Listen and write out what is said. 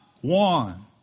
one